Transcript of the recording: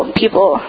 people